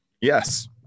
Yes